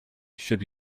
should